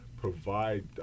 provide